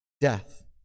death